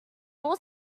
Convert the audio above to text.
all